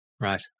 Right